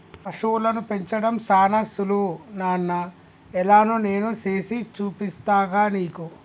పశువులను పెంచడం సానా సులువు నాన్న ఎలానో నేను సేసి చూపిస్తాగా నీకు